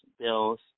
Bills